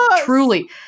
truly